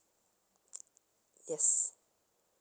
yes